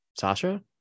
Sasha